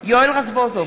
יואל רזבוזוב,